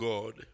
God